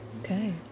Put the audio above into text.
Okay